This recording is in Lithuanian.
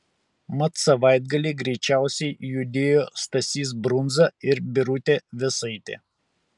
mat savaitgalį greičiausiai judėjo stasys brunza ir birutė vėsaitė